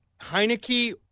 Heineke